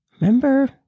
remember